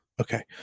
okay